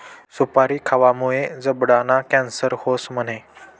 सुपारी खावामुये जबडाना कॅन्सर व्हस म्हणे?